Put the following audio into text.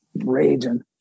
raging